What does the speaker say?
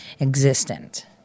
existent